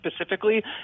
specifically